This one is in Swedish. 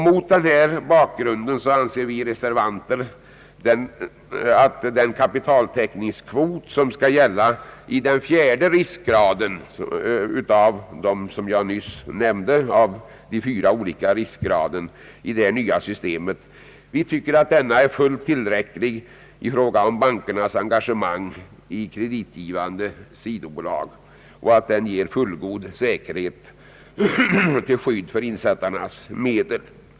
Mot denna bakgrund anser vi reservanter att den kapitaltäckningskvot som skall gälla enligt fjärde riskgraden i det nya systemet är fullt tillräcklig när det gäller bankernas engagemang i kreditgivande sidobolag, samt att den ger fullgod säkerhet till skydd för insättarnas medel.